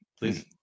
Please